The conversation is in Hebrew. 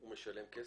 הוא משלם כסף?